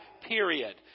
period